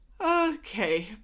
okay